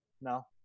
No